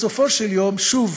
בסופו של יום, שוב